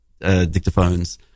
dictaphones